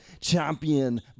champion